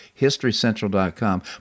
HistoryCentral.com